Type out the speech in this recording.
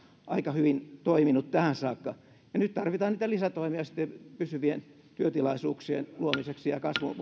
aika hyvin toiminut tähän saakka nyt tarvitaan niitä lisätoimia pysyvien työtilaisuuksien luomiseksi ja kasvun